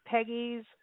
Peggy's